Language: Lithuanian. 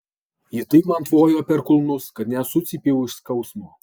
ji taip man tvojo per kulnus kad net sucypiau iš skausmo